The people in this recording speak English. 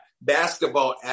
basketball